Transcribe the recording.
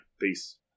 peace